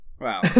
Wow